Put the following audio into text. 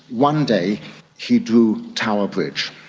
one day he drew tower bridge.